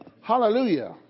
Hallelujah